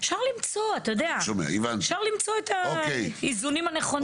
אפשר למצוא, אתה יודע, את האיזונים הנכונים.